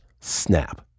snap